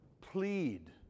plead